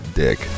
dick